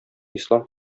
ислам